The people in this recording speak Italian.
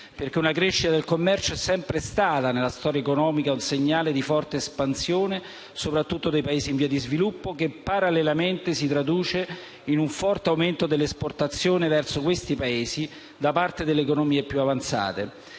perché una crescita del commercio è sempre stata nella storia economica un segnale di forte espansione, soprattutto dei Paesi in via dì sviluppo che parallelamente si traduce in un forte aumento delle esportazioni verso questi Paesi da parte delle economie più avanzate.